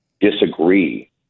disagree